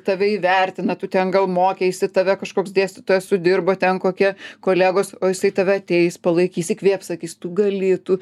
tave įvertina tu ten gal mokeisi tave kažkoks dėstytojas sudirbo ten kokie kolegos o jisai tave ateis palaikys įkvėps sakys tu gali tu